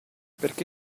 perché